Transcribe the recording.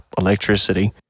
electricity